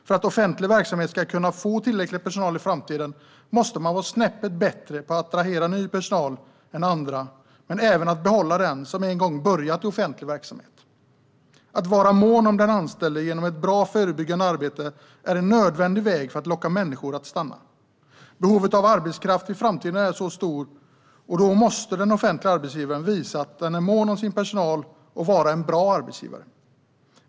För att offentlig verksamhet ska kunna få tillräcklig personal i framtiden måste man vara snäppet bättre än andra på att attrahera ny personal men även på att behålla den som en gång börjat i offentlig verksamhet. Att vara mån om den anställde genom ett bra förebyggande arbete är en nödvändig väg för att locka människor att stanna. Behovet av arbetskraft i framtiden är stort, och då måste den offentliga arbetsgivaren visa att den är mån om sin personal och är en bra arbetsgivare.